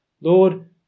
Lord